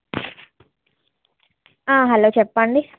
hello చెప్పండి